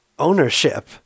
Ownership